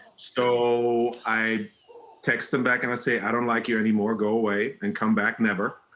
so i text them back and i say, i don't like you anymore. go away and come back never.